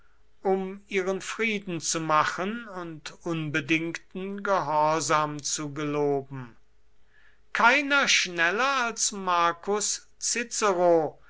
um ihren frieden zu machen und unbedingten gehorsam zu geloben keiner schneller als marcus cicero